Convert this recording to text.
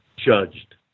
Judged